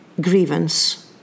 grievance